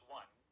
one